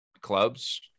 clubs